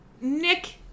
Nick